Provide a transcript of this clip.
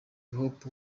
hop